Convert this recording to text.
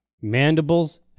Mandibles